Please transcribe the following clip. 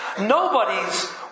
Nobody's